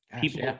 people